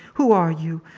who are you?